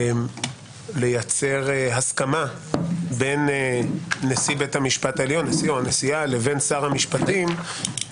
לייצר הסכמה בין נשיא בית המשפט העליון או הנשיאה לבין שר המשפטים,